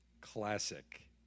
classic